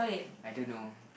I don't know